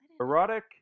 erotic